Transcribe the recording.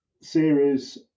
series